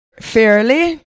fairly